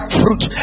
fruit